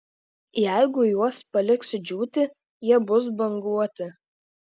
jeigu juos paliksiu džiūti jie bus banguoti